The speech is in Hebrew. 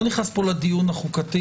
אני לא נכנס לדיון החוקתי.